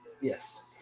Yes